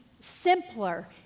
simpler